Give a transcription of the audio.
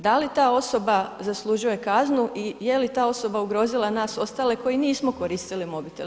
Da li ta osoba zaslužuje kaznu i je li ta osoba ugrozila nas ostale koji nismo koristili mobitel?